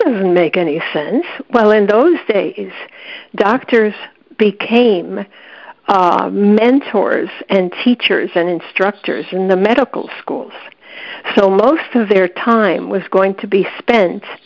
doesn't make any sense well in those days doctors became mentors and teachers and instructors in the medical schools so most of their time was going to be spent